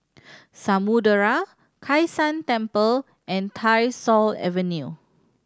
Samudera Kai San Temple and Tyersall Avenue